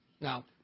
Now